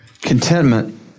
Contentment